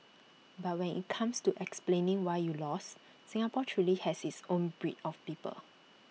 but when IT comes to explaining why you lost Singapore truly has its own breed of people